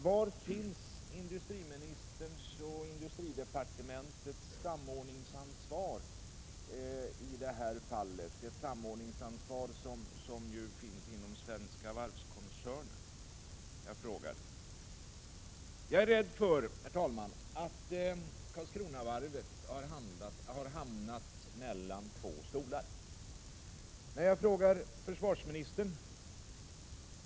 Var finns industriministerns och industridepartementets samordningsansvar i det här fallet — ett samordningsansvar som ju finns inom Svenska Varvskoncernen? Herr talman! Jag är rädd för att Karlskronavarvet har hamnat mellan två stolar. Jag har flera gånger ställt denna fråga till försvarsministern.